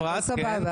אפרת כן,